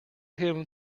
him